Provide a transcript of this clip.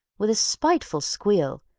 with a spiteful squeal,